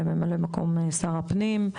לממלא מקום שר הפנים,